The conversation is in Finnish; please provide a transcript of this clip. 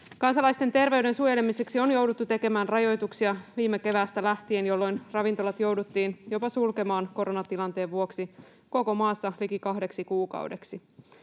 Kansalaisten terveyden suojelemiseksi on jouduttu tekemään rajoituksia viime keväästä lähtien, jolloin ravintolat jouduttiin jopa sulkemaan koronatilanteen vuoksi koko maassa liki kahdeksi kuukaudeksi.